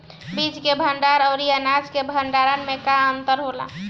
बीज के भंडार औरी अनाज के भंडारन में का अंतर होला?